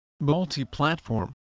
multi-platform